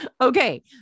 Okay